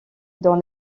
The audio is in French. dans